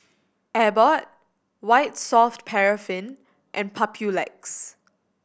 Abbott White Soft Paraffin and Papulex